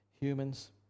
humans